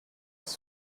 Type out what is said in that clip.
has